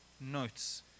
notes